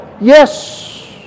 Yes